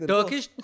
Turkish